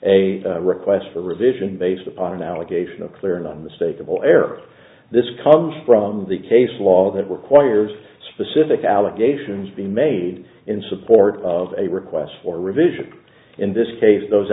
at a request for revision based upon an allegation of clear and unmistakable air this comes from the case law that requires specific allegations be made in support of a request for revision in this case those